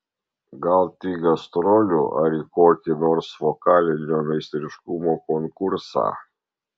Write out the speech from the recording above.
gal tik gastrolių ar į kokį nors vokalinio meistriškumo konkursą